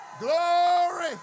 glory